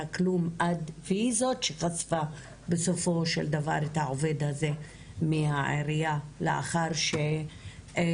כלום והיא זאת שחשפה בסופו של דבר את העובד הזה מהעירייה לאחר שהתחקתה